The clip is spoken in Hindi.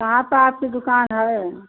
कहाँ पे आपकी दुकान है